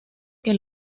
que